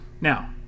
Now